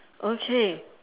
okay